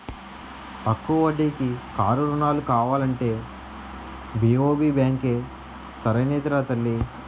తక్కువ వడ్డీకి కారు రుణాలు కావాలంటే బి.ఓ.బి బాంకే సరైనదిరా తల్లీ